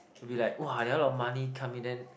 will be like !wah! like a lot of money come in then